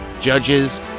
judges